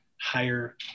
higher